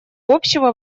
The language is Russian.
общего